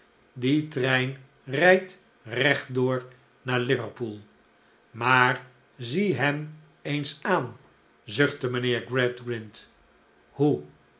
die trein rijdt rechtdoor naar liverpool maar zie hem eens aan zuchtte mijnheer gradgrind hoe